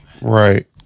Right